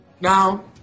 Now